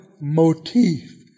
motif